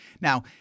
Now